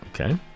Okay